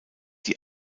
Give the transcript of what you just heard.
die